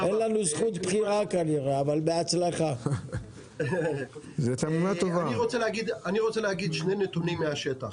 אני רוצה להגיד שני נתונים מהשטח.